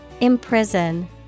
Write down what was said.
Imprison